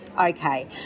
Okay